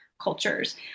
cultures